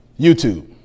YouTube